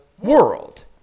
world